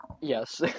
Yes